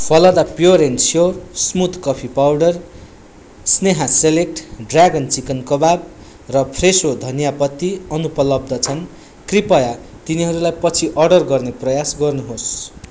Phalada pure and sure smooth coffee powder Sneha select dragon chicken कबाब र Fresho धनिया पत्ती अनुपलब्ध छन् कृपया तिनीहरूलाई पछि अर्डर गर्ने प्रयास गर्नुहोस्